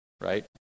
right